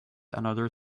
another